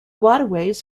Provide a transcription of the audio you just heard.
waterways